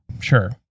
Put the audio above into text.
sure